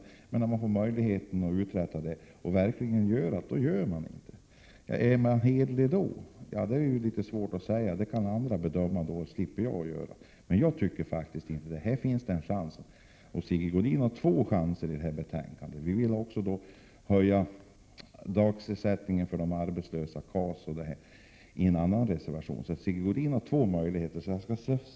1987/88:136 ställda, men man gör det inte när man verkligen får möjligheten att nå 8 juni 1988 resultat. Huruvida man då är hederlig kan andra få bedöma. Sigge Godin har nu två chanser att åstadkomma resultat vid behandlingen av detta betänkande. Vi föreslår också i en annan reservation höjning av dagersättningen i arbetslöshetsförsäkringen och i KAS.